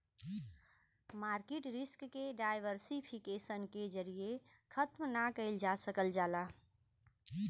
market risk के diversification के जरिये खत्म ना कइल जा सकल जाला